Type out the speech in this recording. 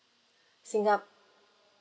singa~